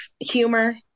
humor